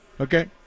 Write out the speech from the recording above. okay